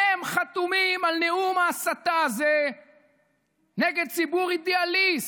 הם חתומים על נאום ההסתה הזה נגד ציבור אידיאליסט,